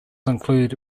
include